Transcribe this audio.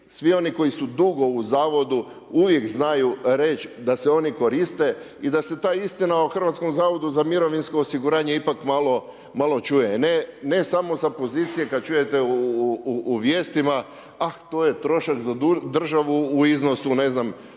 svi oni koji su dugo u zavodu uvijek znaju reći da se oni koriste i da se ta istina o Hrvatskom zavodu za mirovinsko osiguranje ipak malo čuje ne samo sa pozicije kad čujete u vijestima ah to je trošak za državu u iznosu ne znam